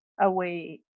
away